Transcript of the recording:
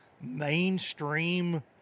mainstream